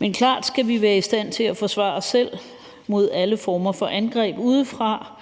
Men vi skal klart være i stand til at forsvare os selv mod alle former for angreb udefra.